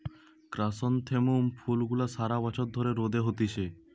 chrysanthemum ফুল গুলা সারা বছর ধরে রোদে হতিছে